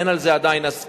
אין על זה עדיין הסכמה,